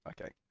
Okay